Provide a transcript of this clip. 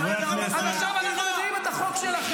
זה חוק שאמור להסדיר מעמד,